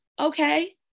Okay